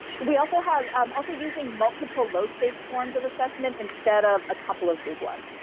we also have um also using multiple low stakes forms of assessment instead of a couple of big ones,